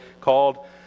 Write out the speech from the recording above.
called